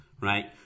right